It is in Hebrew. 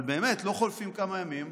אבל באמת, לא חולפים כמה ימים,